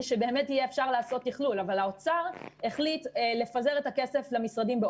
שבאמת יהיה אפשר לעשות תכלול אבל האוצר החליט לפזר את הכסף למשרדים.